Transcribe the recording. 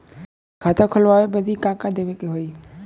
खाता खोलावे बदी का का देवे के होइ?